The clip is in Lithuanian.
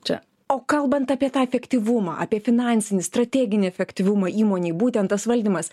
čia o kalbant apie tą efektyvumą apie finansinį strateginį efektyvumą įmonei būtent tas valdymas